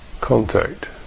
contact